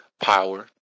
Power